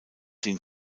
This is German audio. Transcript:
den